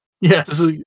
yes